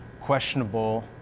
questionable